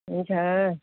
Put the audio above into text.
हुन्छ